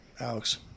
Alex